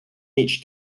each